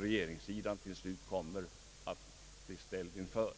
regeringen till slut kommer att bli ställd inför.